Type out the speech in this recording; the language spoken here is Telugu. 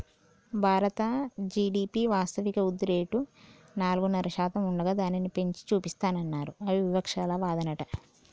భారత జి.డి.పి వాస్తవిక వృద్ధిరేటు నాలుగున్నర శాతం ఉండగా దానిని పెంచి చూపిస్తానన్నారు అని వివక్షాలు వాదనట